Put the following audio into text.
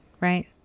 right